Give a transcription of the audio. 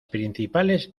principales